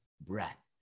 breath